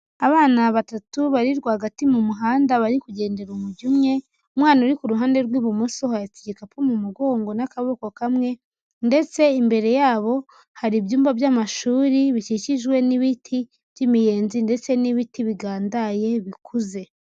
abana batatu bari rwagati mu muhanda bari kugendera umujyo umwe, umwana uri ku ruhande rw'ibumoso ahetse igikapu mu mugongo n'akaboko kamwe ndetse imbere yabo hari ibyumba by'amashuri bikikijwe n'ibiti by'imiyenzi ndetse n'ibiti bigandaye bikuze.